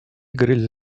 grill